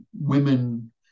women